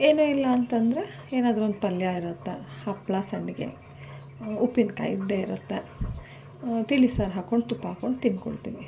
ಏನೂ ಇಲ್ಲ ಅಂತ ಅಂದ್ರೆ ಏನಾದ್ರೂ ಒಂದು ಪಲ್ಯ ಇರುತ್ತೆ ಹಪ್ಪಳ ಸಂಡಿಗೆ ಉಪ್ಪಿನಕಾಯಿ ಇದ್ದೇ ಇರುತ್ತೆ ತಿಳಿಸಾರು ಹಾಕ್ಕೊಂಡು ತುಪ್ಪ ಹಾಕ್ಕೊಂಡು ತಿಂದ್ಕೊಳ್ತೀವಿ